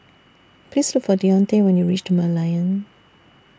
Please Look For Dionte when YOU REACH The Merlion